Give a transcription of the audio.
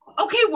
okay